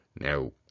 now